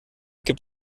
gibt